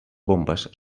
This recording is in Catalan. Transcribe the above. bombes